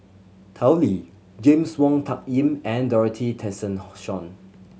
Tao Li James Wong Tuck Yim and Dorothy Tessensohn